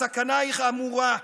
הסכנה היא חמורה.